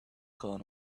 gone